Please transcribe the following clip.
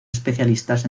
especialistas